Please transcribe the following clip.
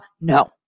No